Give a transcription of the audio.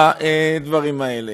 בדברים האלה.